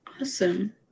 Awesome